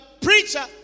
preacher